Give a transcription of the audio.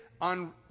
on